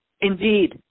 Indeed